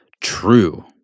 true